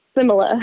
similar